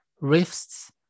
rifts